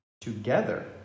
together